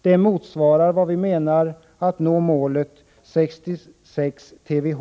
Det är vad vi menar med att nå målet 66 TWh.